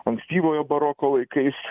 ankstyvojo baroko laikais